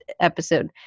episode